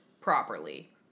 properly